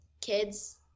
kids